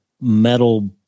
metal